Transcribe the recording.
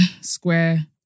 square